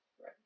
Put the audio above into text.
Right